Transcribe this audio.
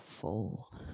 full